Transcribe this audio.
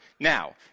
Now